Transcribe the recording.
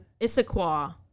Issaquah